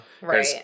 Right